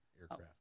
aircraft